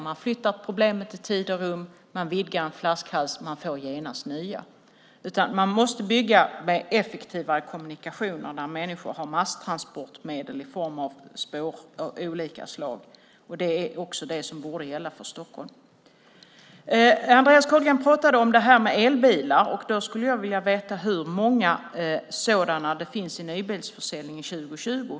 Man flyttar problemen i tid och rum, man vidgar en flaskhals, men man får genast nya. Man måste bygga effektivare kommunikationer där människor har masstransportmedel på spår av olika slag. Det är också det som borde gälla för Stockholm. Andreas Carlgren pratade om elbilar. Då skulle jag vilja veta hur många sådana det finns i nybilsförsäljning 2020.